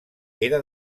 era